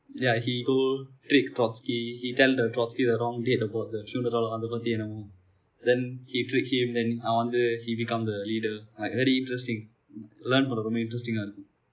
ya he go trick trotsky he tell the trotsky the wrong date about the funeral அத பத்தி:atha paththi then he trick him then அவன் வந்து:avan vandthu he become the leader like very interesting learn பன்னும்போது ரொம்ப:pannumpoothu rompa interesting இருக்கும்:irukkum